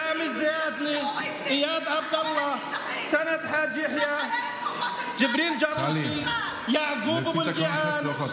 סלמאן אלעתאיקה, סברי ג'רג'אוי.